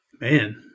Man